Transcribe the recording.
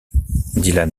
dylan